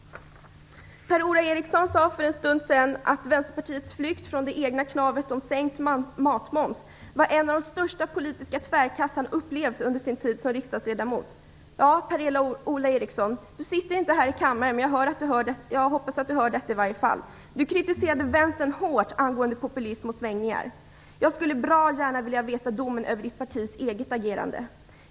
Per-Ola Eriksson sade för en stund sedan att Vänsterpartiets flykt från det egna kravet på sänkt matmoms var ett av de tväraste politiska kast som han upplevt under sin tid som riksdagsledamot. Per-Ola Eriksson sitter inte här i kammaren, men jag hoppas att han hör detta i varje fall. Han kritiserade vänstern hårt angående populism och svängningar. Jag skulle bra gärna vilja höra hans dom över det egna partiets agerande.